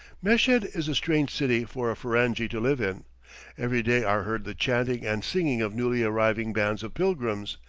meshed is a strange city for a ferenghi to live in every day are heard the chanting and singing of newly arriving bands of pilgrims,